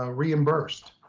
ah reimbursed.